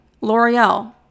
L'Oreal